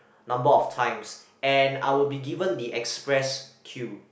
number of times and I would be given the express queue